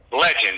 legend